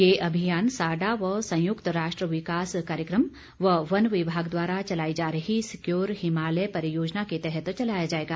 ये अभियान साडा व संयुक्त राष्ट्र विकास कार्यक्रम व वन विभाग द्वारा चलाई जा रही सिक्योर हिमालय परियोजना के तहत चलाया जाएगा